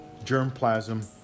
germplasm